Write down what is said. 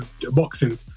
boxing